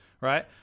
right